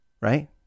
right